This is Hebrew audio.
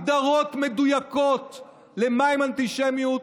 הגדרות מדויקות של מהי אנטישמיות,